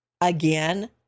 Again